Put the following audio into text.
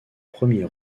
premier